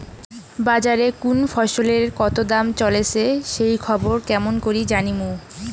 বাজারে কুন ফসলের কতো দাম চলেসে সেই খবর কেমন করি জানীমু?